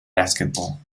basketball